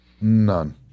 None